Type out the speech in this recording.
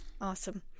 Awesome